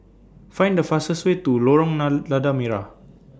Find The fastest Way to Lorong La Lada Merah